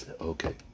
Okay